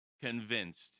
convinced